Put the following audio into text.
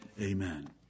Amen